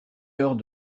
heure